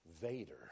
Vader